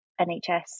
NHS